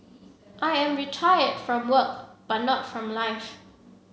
I am retired from work but not from life